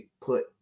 put